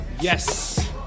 Yes